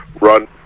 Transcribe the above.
run